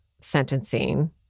sentencing